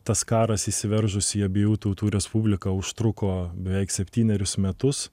tas karas įsiveržus į abiejų tautų respubliką užtruko beveik septynerius metus